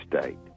State